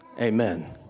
Amen